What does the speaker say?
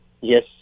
yes